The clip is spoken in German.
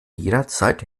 jederzeit